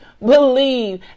Believe